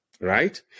right